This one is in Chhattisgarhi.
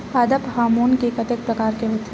पादप हामोन के कतेक प्रकार के होथे?